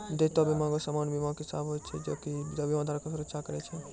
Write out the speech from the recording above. देयता बीमा एगो सामान्य बीमा के हिस्सा होय छै जे कि बीमा धारको के सुरक्षा करै छै